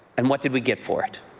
and what did we get for it?